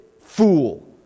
fool